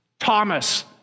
Thomas